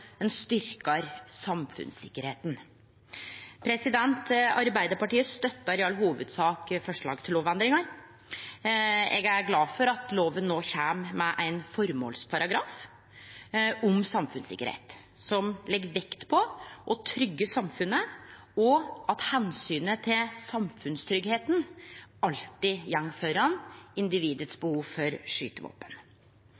ein styrkjer samfunnstryggleiken. Arbeidarpartiet støttar i all hovudsak forslaga til lovendringar. Eg er glad for at loven no kjem med ein føremålsparagraf om samfunnstryggleik, som legg vekt på å tryggje samfunnet, og at omsynet til samfunnstryggleiken alltid går føre individets